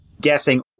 guessing